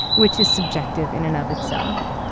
which is subjective in and of itself,